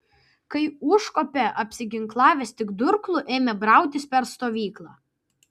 kai užkopė apsiginklavęs tik durklu ėmė brautis per stovyklą